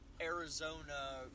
arizona